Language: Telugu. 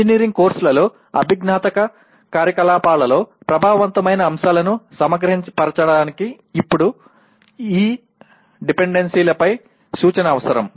ఇంజనీరింగ్ కోర్సులలో అభిజ్ఞాత్మక కార్యకలాపాలలో ప్రభావవంతమైన అంశాలను సమగ్రపరచడానికి ఇప్పుడు ఈ డిపెండెన్సీలపై సూచన అవసరం